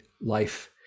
life